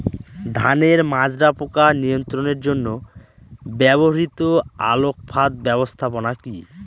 ধানের মাজরা পোকা নিয়ন্ত্রণের জন্য ব্যবহৃত আলোক ফাঁদ ব্যবস্থাপনা কি?